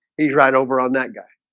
he's right over on that guy